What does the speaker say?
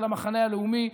של המחנה הלאומי,